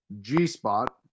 G-Spot